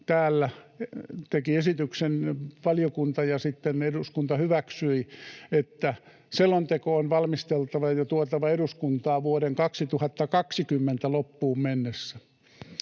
täällä teki esityksen valiokunta, ja sitten eduskunta hyväksyi, että selonteko on valmisteltava ja tuotava eduskuntaan vuoden 2020 loppuun mennessä.